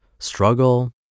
struggle